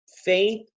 Faith